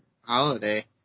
Holiday